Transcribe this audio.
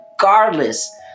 regardless